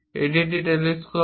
এটি একটি টেলিস্কোপ